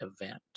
event